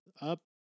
up